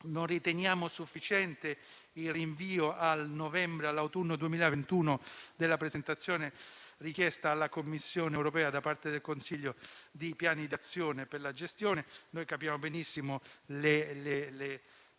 Non riteniamo sufficiente il rinvio all'autunno 2021 della presentazione, richiesta alla Commissione europea, da parte del Consiglio di piani di azione per la gestione. Capiamo benissimo le condizionalità